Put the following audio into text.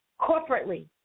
corporately